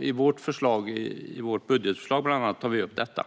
i vårt förslag. I vårt budgetförslag, bland annat, tar vi upp detta.